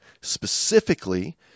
specifically